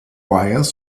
wires